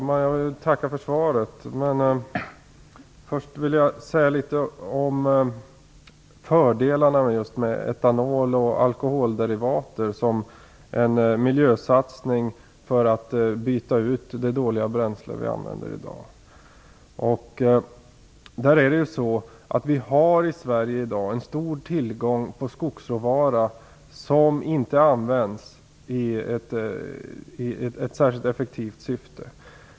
Fru talman! Jag tackat för svaret. Först vill jag säga litet om fördelarna med just etanol och alkoholderivater som en miljösatsning för att byta ut det dåliga bränsle som vi använder i dag. Vi har i Sverige i dag en stor tillgång på skogsråvara som inte används i ett särskilt effektivt syfte.